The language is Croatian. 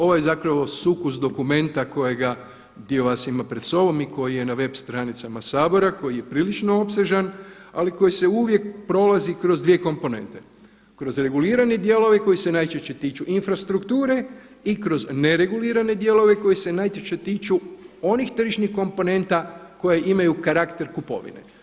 Ovo je zapravo sukus dokumenta kojega, gdje vas ima pred sobom i koji je na web stranicama Sabora koji je prilično opsežan, ali koji se uvijek prolazi kroz dvije komponente kroz regulirane dijelove koji se najčešće tiču infrastrukture i kroz neregulirane dijelove koji se najčešće tiču onih tržišnih komponenta koje imaju karakter kupovine.